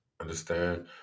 Understand